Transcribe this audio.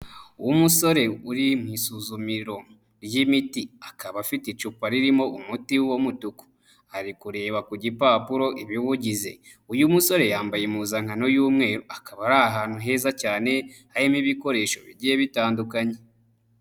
Uwo umusore uri mu isuzumiro ry'imiti akaba afite icupa ririmo umuti w'umutuku, ari kureba ku gipapuro ibiwugize, uyu musore yambaye impuzankano y'umweru akaba ari ahantu heza cyane harimo ibikoresho bigiye bitandukanye.